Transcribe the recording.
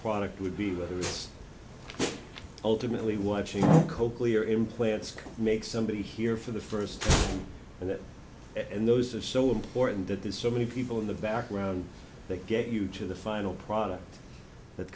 product would be whether it's ultimately watching coakley or implants make somebody here for the first and that and those are so important that there's so many people in the background that get you to the final product that